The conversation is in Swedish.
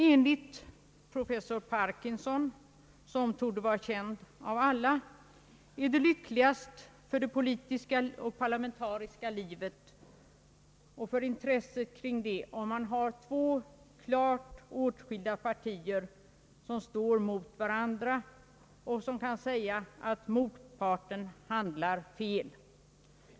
Enligt professor Parkinson — som torde vara känd av alla — är det lyckligast för det politiska och parla mentariska livet och intresset kring det, om man har två klart åtskilda partier som står mot varandra och som kan säga att motparten handlar fel.